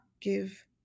give